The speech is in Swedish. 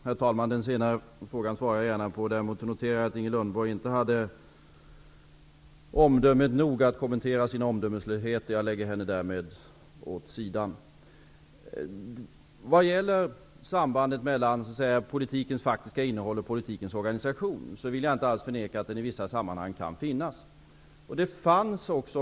Herr talman! Den sista frågan skall jag gärna svara på. Däremot noterar jag att Inger Lundberg inte hade omdöme nog att kommentera sin omdömeslöshet. Jag lägger henne därmed åt sidan. Jag vill inte alls förneka att det i vissa sammanhang kan finnas ett samband mellan politikens faktiska innehåll och politikens organisation.